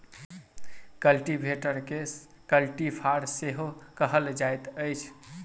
कल्टीवेटरकेँ कल्टी फार सेहो कहल जाइत अछि